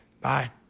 Bye